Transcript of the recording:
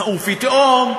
ופתאום,